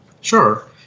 Sure